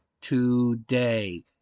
today